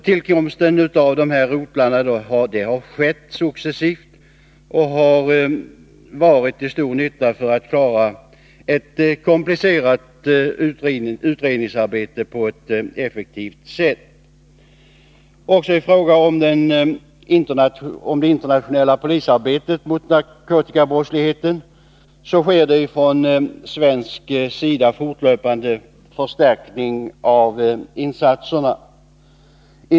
Tillkomsten av dessa rotlar har skett successivt, och de har varit till stor nytta för att klara ett komplicerat utredningsarbete på ett effektivt sätt. Också i fråga om det internationella polisarbetet mot narkotikabrottsligheten sker från svensk sida en fortlöpande förstärkning av insatserna.